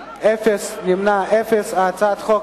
(בתי-עלמין שאינם למטרות רווח), התש"ע 2010,